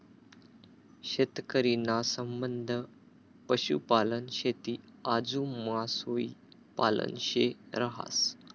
शेतकरी ना संबंध पशुपालन, शेती आजू मासोई पालन शे रहास